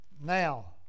Now